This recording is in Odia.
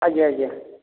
ଆଜ୍ଞା ଆଜ୍ଞା